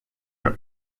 are